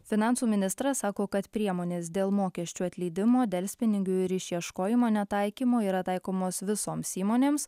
finansų ministras sako kad priemonės dėl mokesčių atleidimo delspinigių ir išieškojimo netaikymo yra taikomos visoms įmonėms